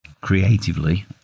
creatively